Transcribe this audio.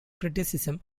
criticism